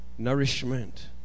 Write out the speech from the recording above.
Nourishment